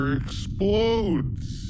explodes